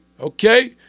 okay